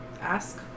ask